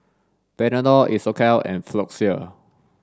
Panadol Isocal and Floxia